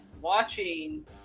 watching